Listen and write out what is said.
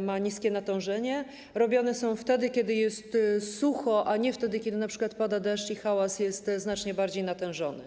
ma niskie natężenie, robione są, kiedy jest sucho, a nie kiedy np. pada deszcz i hałas jest znacznie bardziej natężony.